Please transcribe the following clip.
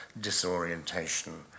disorientation